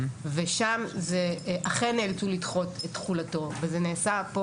שם אכן נאלצו לדחות את תחולתו וזה נעשה פה